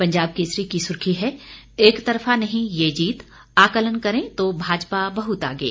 पंजाब केसरी की सुर्खी है एकतरफा नहीं यह जीत आकलन करें तो भाजपा बहुत आगे